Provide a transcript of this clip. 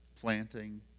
planting